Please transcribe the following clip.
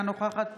אינה נוכחת